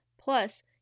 Plus